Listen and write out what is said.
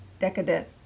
decadent